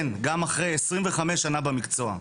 כן, גם אחרי עשרים וחמש שנה במקצוע.